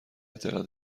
اطلاع